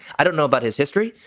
i don't know about his history,